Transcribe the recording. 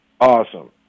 Awesome